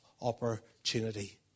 opportunity